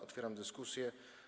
Otwieram dyskusję.